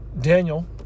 Daniel